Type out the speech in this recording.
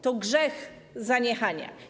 To grzech zaniechania.